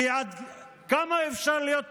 כמה אפשר להיות מזעזעים?